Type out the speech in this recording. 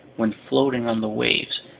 when floating on the waves,